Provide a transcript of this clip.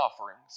offerings